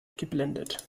geblendet